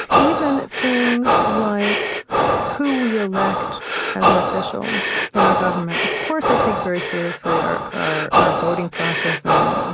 even things like who we elect as an official in our government. of course, i take very seriously our our voting process and i'm, you